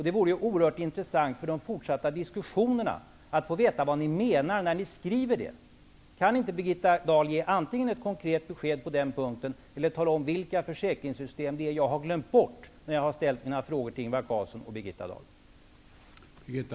Det vore ju oerhört intressant för de fort satta diskussionerna att få veta vad ni menar när ni skriver det. Kan inte Birgitta Dahl antingen ge ett konkret besked på den punkten eller tala om vilka försäkringssystem jag har glömt bort när jag ställt mina frågor till Ingvar Carlsson och Birgitta